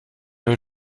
will